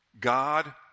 God